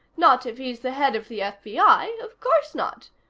not if he's the head of the fbi. of course not.